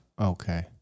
Okay